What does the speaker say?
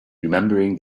remembering